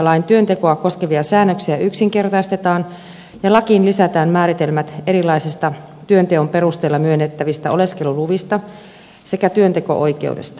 ulkomaalaislain työntekoa koskevia säännöksiä yksinkertaistetaan ja lakiin lisätään määritelmät erilaisista työnteon perusteella myönnettävistä oleskeluluvista sekä työnteko oikeudesta